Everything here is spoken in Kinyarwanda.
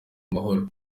amahoro